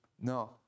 No